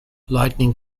lightning